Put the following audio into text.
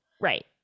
Right